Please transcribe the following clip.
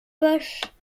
poches